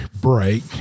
break